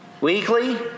weekly